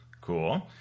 cool